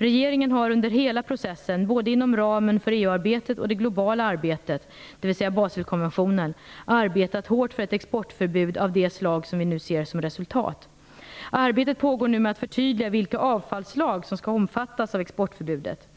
Regeringen har under hela processen, både inom ramen för EU-arbetet och det globala arbetet, dvs. Baselkonventionen, arbetat hårt för ett exportförbud av det slag som vi nu ser som resultat. Arbetet pågår nu med att förtydliga vilka avfallsslag som skall omfattas av exportförbudet.